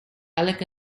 alec